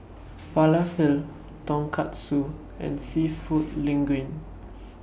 Falafel Tonkatsu and Seafood Linguine